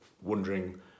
wondering